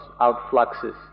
outfluxes